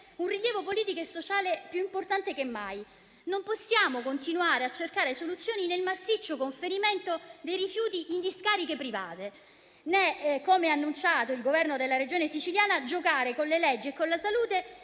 un rilievo politico e sociale più importante che mai. Non possiamo continuare a cercare soluzioni nel massiccio conferimento dei rifiuti in discariche private, né, come annunciato dal governo della Regione Siciliana, giocare con le leggi e con la salute